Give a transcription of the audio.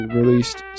released